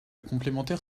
complémentaire